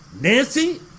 Nancy